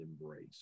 embrace